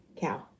cow